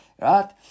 right